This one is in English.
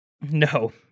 No